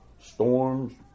storms